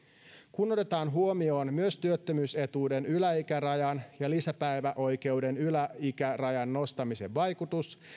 kun otetaan huomioon myös työttömyysetuuden yläikärajan ja lisäpäiväoikeuden yläikärajan nostamisen vaikutus